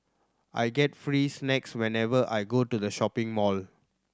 I get free snacks whenever I go to the shopping mall